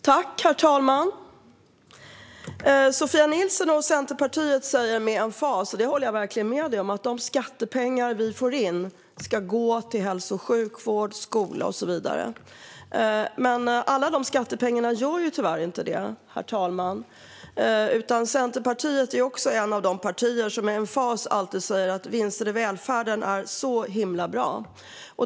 Herr talman! Sofia Nilsson och Centerpartiet säger med emfas att de skattepengar vi får in ska gå till hälso och sjukvård, skola och så vidare - det håller jag verkligen med om. Men alla skattepengar gör tyvärr inte det, herr talman. Centerpartiet är också ett av de partier som med emfas alltid säger att vinster i välfärden är så himla bra.